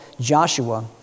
Joshua